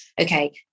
okay